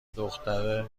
دختر